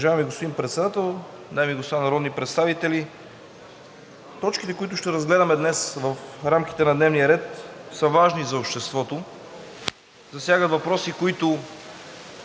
Уважаеми господин Председател, дами и господа народни представители! Точките, които ще разгледаме днес в рамките на дневния ред, са важни за обществото. Засягат въпроси, които